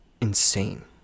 insane